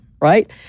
right